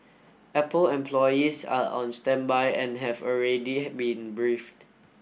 Apple employees are on standby and have already been briefed